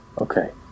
Okay